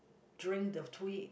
during the three